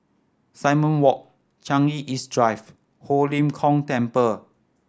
Simon Walk Changi East Drive Ho Lim Kong Temple